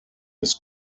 his